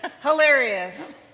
Hilarious